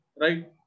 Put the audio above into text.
Right